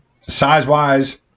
Size-wise